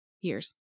years